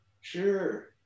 Sure